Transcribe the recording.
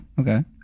Okay